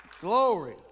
glory